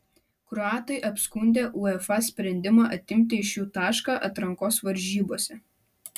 kroatai apskundė uefa sprendimą atimti iš jų tašką atrankos varžybose